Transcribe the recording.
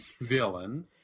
villain